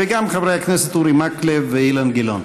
וגם לחברי הכנסת אורי מקלב ואילן גילאון.